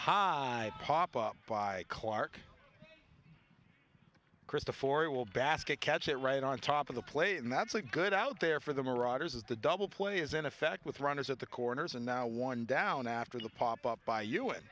high pop up by clark christopher he will basket catch it right on top of the play and that's a good out there for the marauders as the double play is in effect with runners at the corners and now one down after the pop up by you in